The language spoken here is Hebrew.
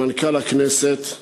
למנכ"ל הכנסת,